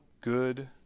good